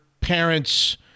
parents